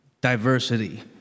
diversity